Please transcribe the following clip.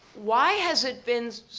why has it been,